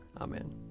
Amen